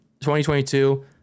2022